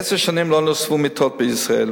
עשר שנים לא נוספו מיטות בישראל,